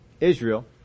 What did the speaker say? Israel